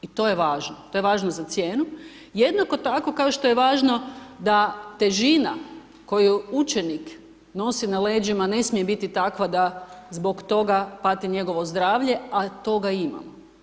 I to je važno, to je važno za cijenu, jednako tako kao što je važno da težina koju učenik nosi na leđima ne smije biti takva da zbog toga pati njegovo zdravlje, a toga ima.